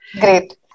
Great